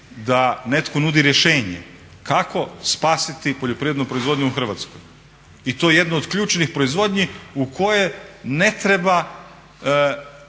da netko nudi rješenje kako spasiti poljoprivrednu proizvodnju u Hrvatskoj i to jedno od ključnih proizvodnji u koje ne treba